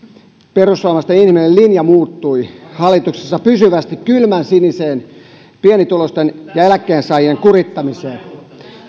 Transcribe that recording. perussuomalaisten inhimillinen linja muuttui hallituksessa pysyvästi kylmänsiniseen pienituloisten ja eläkkeensaajien kurittamiseen